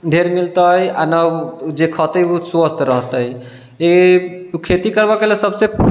ढेर मिलतै आ नहि जे खेते ओ स्वस्थ रहतै ई खेती करबऽके लेल सबसे